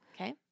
Okay